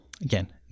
again